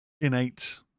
innate